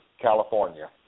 California